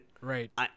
right